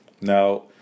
Now